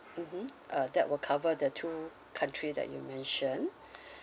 mmhmm uh that will cover the two country that you mentioned